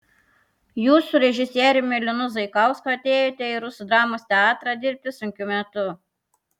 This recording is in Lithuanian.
jūs su režisieriumi linu zaikausku atėjote į rusų dramos teatrą dirbti sunkiu metu